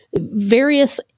various